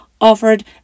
offered